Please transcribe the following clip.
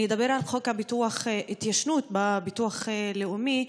אני אדבר על חוק הביטוח, התיישנות בביטוח הלאומי.